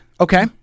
Okay